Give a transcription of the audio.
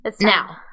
Now